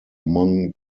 among